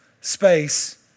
space